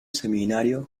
seminario